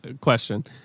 question